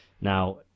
Now